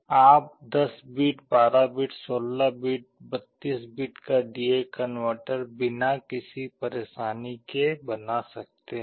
आप 10 bit 12 bit 16 bit 32 bit का D A converter बिना किसी परेशानी के बना सकते हैं